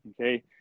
okay